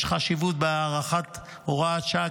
יש חשיבות להארכת הוראת השעה,